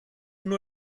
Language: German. nur